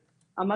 מבינה,